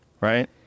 right